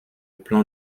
plan